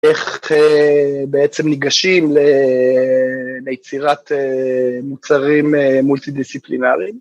איך בעצם ניגשים ליצירת מוצרים מולטי-דיסציפלינריים.